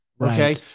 Okay